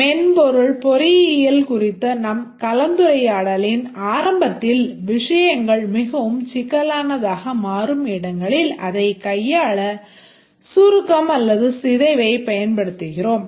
மென்பொருள் பொறியியல் குறித்த நம் கலந்துரையாடலின் ஆரம்பத்தில் விஷயங்கள் மிகவும் சிக்கலானதாக மாறும் இடங்களில் அதைக் கையாள சுருக்கம் அல்லது சிதைவைப் பயன்படுத்துகிறோம்